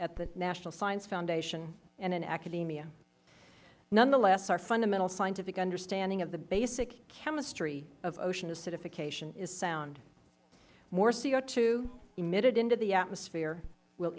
at the national science foundation and in academia nonetheless our fundamental scientific understanding of the basic chemistry of ocean acidification is sound more co emitted into the atmosphere will